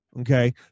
okay